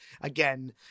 again